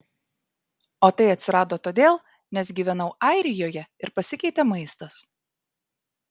o tai atsirado todėl nes gyvenau airijoje ir pasikeitė maistas